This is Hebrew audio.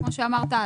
כמו שאמרת,